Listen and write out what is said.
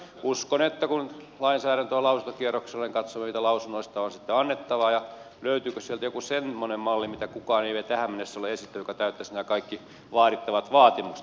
uskon että kun lainsäädäntö on lausuntokierroksella niin katsomme mitä lausunnoista on sitten annettavaa ja löytyykö sieltä joku semmoinen malli mitä kukaan ei vielä tähän mennessä ole esittänyt joka täyttäisi nämä kaikki vaadittavat vaatimukset mitkä tähän asiaan liittyvät